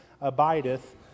abideth